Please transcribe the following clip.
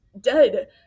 dead